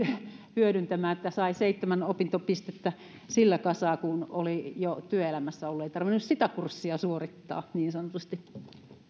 hyödyntämään että sai seitsemän opintopistettä sillä kasaan kun oli jo työelämässä ollut ei tarvinnut sitä kurssia suorittaa niin sanotusti